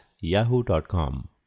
yahoo.com